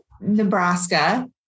Nebraska